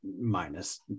minus